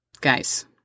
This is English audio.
Guys